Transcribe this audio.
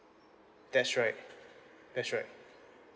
that's right that's right